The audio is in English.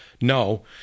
No